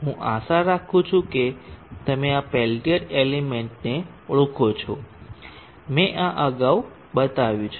હું આશા રાખું છું કે તમે આ પેલ્ટીર એલિમેન્ટને ઓળખો છો મેં આ અગાઉ બતાવ્યું છે